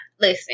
Listen